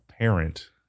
parent